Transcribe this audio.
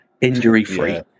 Injury-free